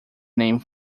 name